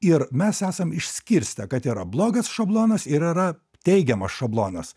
ir mes esam išskirstę kad yra blogas šablonas ir yra teigiamas šablonas